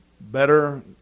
better